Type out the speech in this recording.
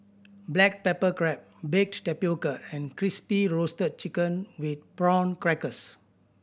black pepper crab baked tapioca and Crispy Roasted Chicken with Prawn Crackers